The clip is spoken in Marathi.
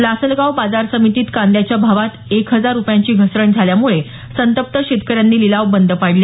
लासलगाव बाजार समितीत कांद्याच्या भावात एक हजार रुपयांची घसरण झाल्यामुळे संतप्त शेतकऱ्यांनी लिलाव बंद पाडले